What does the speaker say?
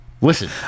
Listen